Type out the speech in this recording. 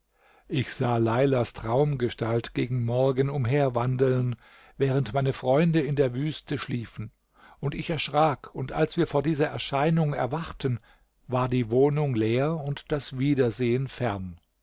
ich sah leilas traumgestalt gegen morgen umherwandeln während meine freunde in der wüste schliefen und ich erschrak und als wir vor dieser erscheinung erwachten war die wohnung leer und das wiedersehen fem